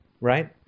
right